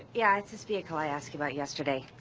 yeah, it's this vehicle i asked you about yesterday.